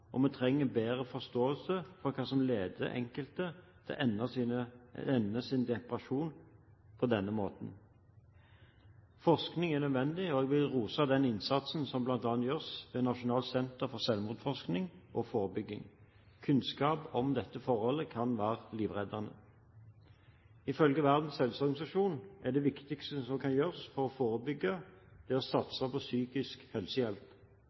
og vi trenger bedre forståelse for hva som leder enkelte til å ende sin depresjon på denne måten. Forskning er nødvendig, og jeg vil rose den innsatsen som bl.a. gjøres ved Nasjonalt senter for selvmordsforskning og -forebygging. Kunnskap om dette forholdet kan være livreddende. Ifølge Verdens helseorganisasjon er det viktigste som kan gjøres for å forebygge, å satse på psykisk helsehjelp.